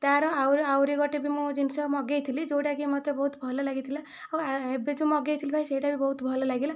ତାର ଆହୁରି ଆହୁରି ଗୋଟେ ବି ମୁଁ ଜିନିଷ ମଗାଇଥିଲି ଯେଉଁଟାକି ମୋତେ ବହୁତ ଭଲ ଲାଗିଥିଲା ଆଉ ଏବେ ଯେଉଁ ମଗାଇଥିଲି ଭାଇ ସେଇଟା ବି ବହୁତ ଭଲ ଲାଗିଲା